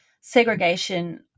segregation